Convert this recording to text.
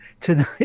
tonight